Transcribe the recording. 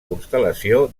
constel·lació